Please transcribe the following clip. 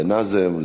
לנאזם,